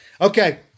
Okay